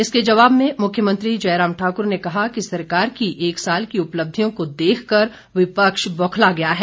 इसके जवाब में मुख्यमंत्री जयराम ठाकुर ने कहा कि सरकार की एक साल की उपलब्धियों को देख कर विपक्ष बौखला गया है